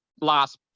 last